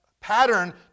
pattern